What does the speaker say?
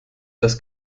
das